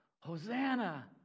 Hosanna